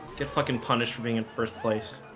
get fucking punished for being in first place